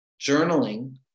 journaling